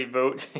vote